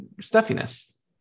stuffiness